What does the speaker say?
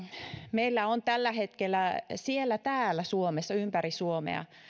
meillä on tällä hetkellä siellä täällä suomessa ympäri suomea